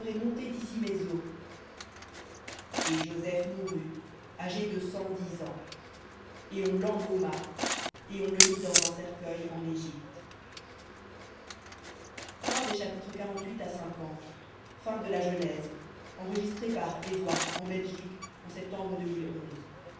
d'ici mes os et joseph mourut âgé de cent dix ans et on l'embauma et on le mit dans un cercueil en égypte